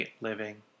living